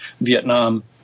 Vietnam